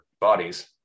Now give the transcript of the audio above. bodies